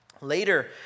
Later